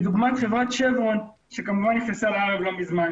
לדוגמה חברת שברון שנכנסה לארץ לא מזמן